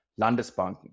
Landesbanken